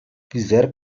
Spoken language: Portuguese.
fizeram